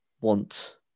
want